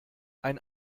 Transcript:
ein